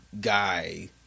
guy